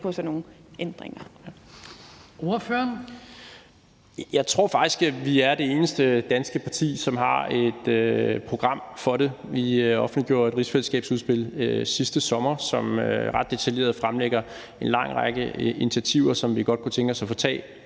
Jeg tror faktisk, at vi er det eneste danske parti, som har et program for det. Vi offentliggjorde et rigsfællesskabsudspil sidste sommer, som ret detaljeret fremlægger en lang række initiativer, som vi godt kunne tænke os at tage